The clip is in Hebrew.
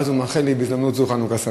ואז הוא מאחל לי בהזדמנות זו חנוכה שמח.